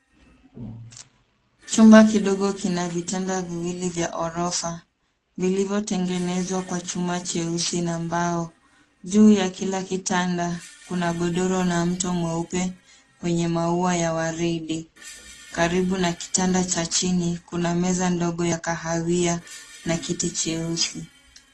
Chumba kidogo kina vitanda viwili vya ghorofa vilivyotengenezwa kwa chuma cheusi na mbao. Juu ya kila kitanda kuna godoro na mto mweupe wenye maua ya waridi. Karibu na kitanda cha chini kuna meza ndogo ya kahawia na kiti cheusi.